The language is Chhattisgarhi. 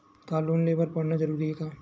का लोन ले बर पढ़ना जरूरी हे का?